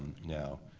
now,